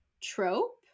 trope